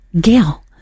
Gail